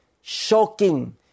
shocking